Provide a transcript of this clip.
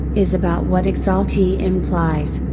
is about what exaltee implies,